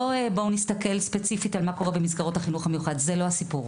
לא ספציפית על מה קורה במסגרות החינוך המיוחד זה לא הסיפור.